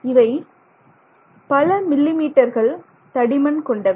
இவை பல மில்லி மீட்டர்கள் தடிமன் கொண்டவை